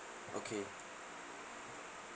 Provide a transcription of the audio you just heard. okay